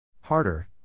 Harder